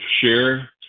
share